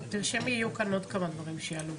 יהיו כאן עוד כמה דברים שיעלו,